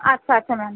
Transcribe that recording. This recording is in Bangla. আচ্ছা আচ্ছা ম্যাম